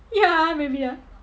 ya maybe ah